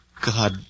God